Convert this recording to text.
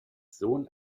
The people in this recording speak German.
sohn